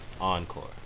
Encore